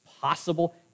possible